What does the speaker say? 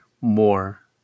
more